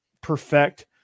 perfect